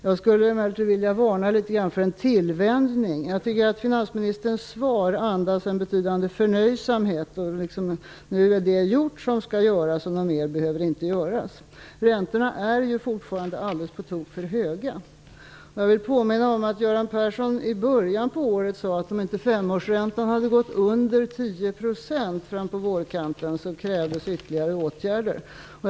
Jag skulle emellertid vilja varna för en tillvänjning. Jag tycker att finansministerns svar andas en betydande förnöjsamhet: Nu är det som skall göras gjort, och något mer behöver inte göras. Räntorna är fortfarande alldeles på tok för höga. Jag vill påminna om att Göran Persson i början på året sade att det krävdes ytterligare åtgärder om inte femårsräntan hade gått under 10 % fram på vårkanten.